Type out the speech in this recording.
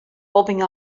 bobbing